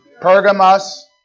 Pergamos